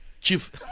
chief